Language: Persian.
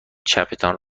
چپتان